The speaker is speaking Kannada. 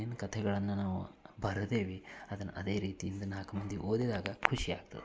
ಏನೇನು ಕಥೆಗಳನ್ನು ನಾವು ಬರ್ದೇವೆ ಅದನ್ನು ಅದೇ ರೀತಿಯಿಂದ ನಾಲ್ಕು ಮಂದಿ ಓದಿದಾಗ ಖುಷಿ ಆಗ್ತದೆ